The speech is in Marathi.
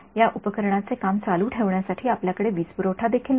या उपकरणाचे काम चालू ठेवण्यासाठी आपल्याकडे वीजपुरवठा देखील नाही